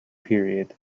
period